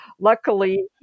Luckily